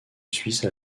suisse